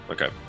Okay